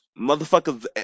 Motherfuckers